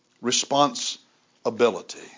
responsibility